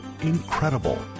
Incredible